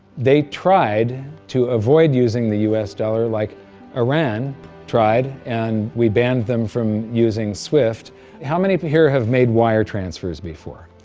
they tried to avoid using the us dollar like iran tried and we banned them from using swift how many here have made wire transfers before?